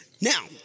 Now